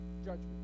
judgment